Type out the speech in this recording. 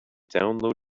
download